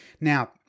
Now